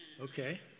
okay